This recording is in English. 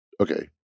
okay